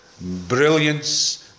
brilliance